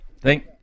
Thank